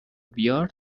بیار